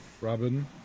Robin